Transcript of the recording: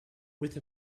with